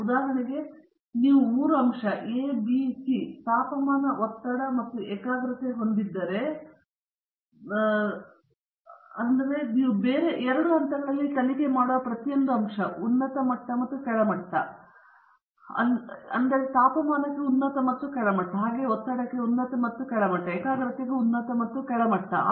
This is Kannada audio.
ಉದಾಹರಣೆಗೆ ನೀವು ಮೂರು ಅಂಶಗಳನ್ನು a b ಮತ್ತು c ತಾಪಮಾನ ಒತ್ತಡ ಮತ್ತು ಏಕಾಗ್ರತೆ ಹೊಂದಿದ್ದರೆ ನೀವು ಎರಡು ಹಂತಗಳಲ್ಲಿ ತನಿಖೆ ಮಾಡುವ ಪ್ರತಿಯೊಂದು ಅಂಶ ಉನ್ನತ ಮಟ್ಟ ಮತ್ತು ಕೆಳಮಟ್ಟ ಅದಕ್ಕಾಗಿಯೇ ನಮಗೆ 2 ನೇ ಸಂಖ್ಯೆಯಿದೆ